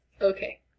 Okay